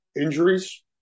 injuries